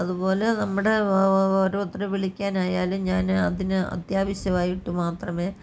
അതുപോലെ നമ്മുടെ ഓരോരുത്തർ വിളിക്കാനായാലും ഞാൻ അതിന് അത്യാവശ്യമായിട്ട് മാത്രമേ